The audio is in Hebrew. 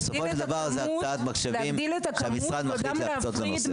זה הקצאת משאבים שהמשרד מחליט להקצות לנושא.